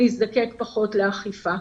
נזדקק פחות לאכיפה.